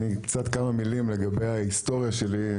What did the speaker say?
ואני קצת כמה מילים לגבי ההיסטוריה שלי.